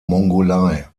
mongolei